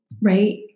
right